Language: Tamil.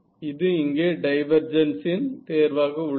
இது இங்கே டைவெர்ஜன்ஸ் என் தேர்வாக உள்ளது